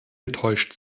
getäuscht